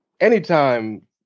anytime